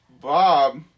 Bob